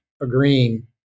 agreeing